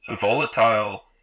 volatile